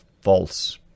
false